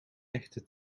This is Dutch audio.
echte